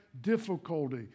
difficulty